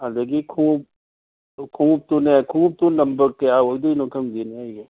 ꯑꯗꯒꯤ ꯈꯣꯡꯎꯞ ꯈꯣꯡꯎꯞꯇꯨꯅꯦ ꯈꯣꯡꯎꯞꯇꯨ ꯅꯝꯕꯔ ꯀꯌꯥ ꯑꯣꯏꯗꯣꯏꯅꯣ ꯈꯪꯗꯦꯅꯦ ꯑꯩꯕꯣ